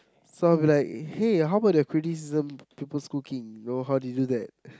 so I'm like hey how about the criticism people's cooking know how you do that